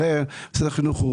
הרי משרד החינוך,